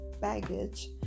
baggage